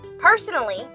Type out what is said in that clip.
personally